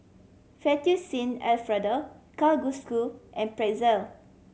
Fettuccine Alfredo Kalguksu and Pretzel